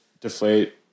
deflate